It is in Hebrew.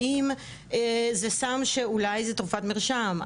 האם זה סם שאולי זה תרופת מרשם,